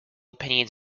opinions